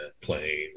playing